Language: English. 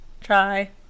Try